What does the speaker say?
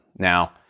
Now